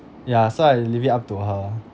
ya so I'll leave it up to her